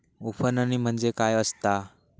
उफणणी म्हणजे काय असतां?